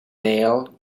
male